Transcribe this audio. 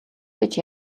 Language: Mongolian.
гэж